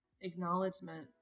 acknowledgement